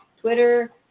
Twitter